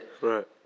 right